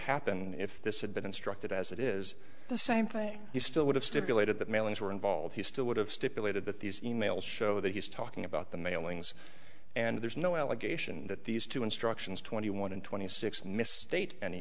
happen if this had been instructed as it is the same thing you still would have stipulated that mailings were involved he still would have stipulated that these e mails show that he's talking about the mailings and there's no allegation that these two instructions twenty one and twenty six misstate any